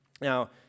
Now